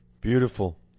Beautiful